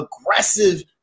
aggressive